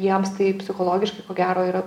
jiems tai psichologiškai ko gero yra